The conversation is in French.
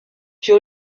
puis